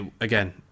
again